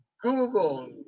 Google